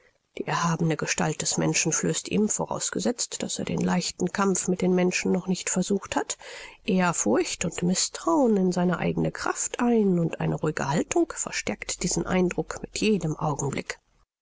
die erhabene gestalt des menschen flößt ihm vorausgesetzt daß er den leichten kampf mit den menschen noch nicht versucht hat eher furcht und mißtrauen in seine eigene kraft ein und eine ruhige haltung verstärkt diesen eindruck mit jedem augenblick